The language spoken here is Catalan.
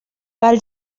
pel